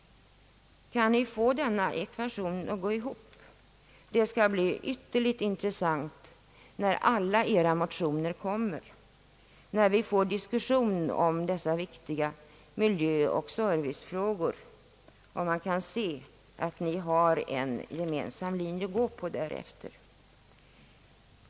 Kan ni få denna ekvation att gå ihop? Det skall bli ytterligt intressant att se, när alla motioner kommit och vi får en diskussion om dessa viktiga miljöoch servicefrågor, om ni har en gemensam linje att gå på.